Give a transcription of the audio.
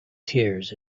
tears